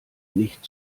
nicht